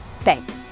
Thanks